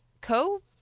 Co